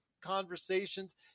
conversations